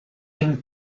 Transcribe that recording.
him